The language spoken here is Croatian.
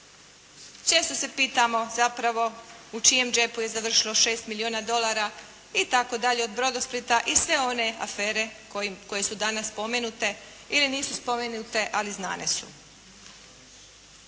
Čest se pitamo zapravo u čijem je džepu završilo 6 milijuna dolara itd. od "Brodosplita" i sve one afere koje su danas spomenute ili nisu spomenute, ali znane su.